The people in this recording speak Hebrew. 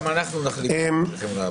גם אנחנו נחליט איך צריכים לעבוד.